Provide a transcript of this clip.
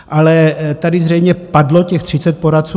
Ale tady zřejmě padlo těch 30 poradců.